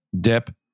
Dip